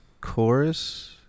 chorus